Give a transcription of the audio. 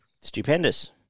Stupendous